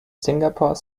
singapore